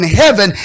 heaven